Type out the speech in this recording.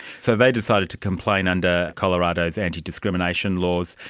so they decided to complain under colorado's antidiscrimination laws.